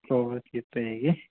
कितने हैं यह